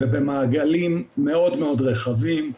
ובמעגלים מאוד רחבים.